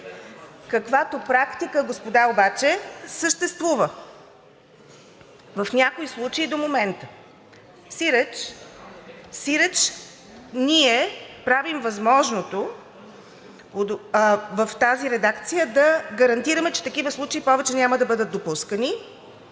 каквато практика, господа, обаче съществува в някои случаи до момента. Сиреч, ние правим възможното в тази редакция да гарантираме, че такива случаи повече няма да бъдат допускани